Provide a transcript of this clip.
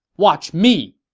watch me!